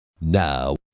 Now